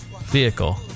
Vehicle